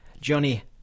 Johnny